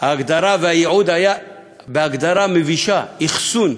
ההגדרה והייעוד היה בהגדרה מבישה: "אחסון",